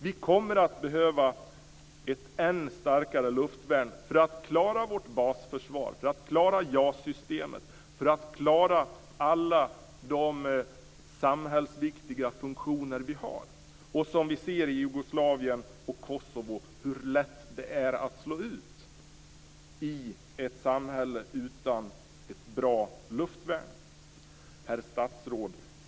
Vi kommer att behöva ett ännu starkare luftvärn för att klara vårt basförsvar, för att klara JAS-systemet, för att klara alla de samhällsviktiga funktioner vi har. Vi ser i Jugoslavien och Kosovo hur lätt det är att slå ut dem i ett samhälle utan bra luftvärn. Herr statsråd!